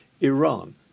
Iran